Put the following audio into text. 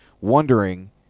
wondering